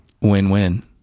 win-win